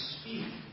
speak